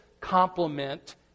complement